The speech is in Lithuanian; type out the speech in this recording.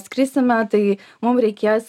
skrisime tai mum reikės